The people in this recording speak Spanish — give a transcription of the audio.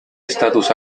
estatus